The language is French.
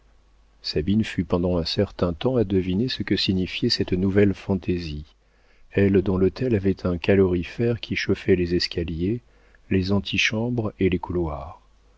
sabine fut pendant un certain temps à deviner ce que signifiait cette nouvelle fantaisie elle dont l'hôtel avait un calorifère qui chauffait les escaliers les antichambres et les couloirs